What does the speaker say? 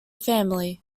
family